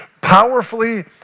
powerfully